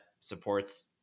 supports